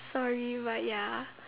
sorry but ya